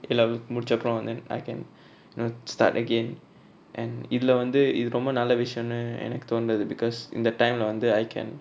A level முடிச்சப்ரோ வந்து:mudichapro vanthu and I can start again and இதுல வந்து இது ரொம்ப நல்ல விசயோனு எனக்கு தோணுது:ithula vanthu ithu romba nalla visayonu enaku thonuthu because இந்த:intha time lah வந்து:vanthu I can